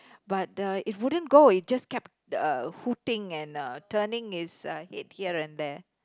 but the it wouldn't go it just kept uh hooting and uh turning it's uh head here and there